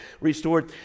restored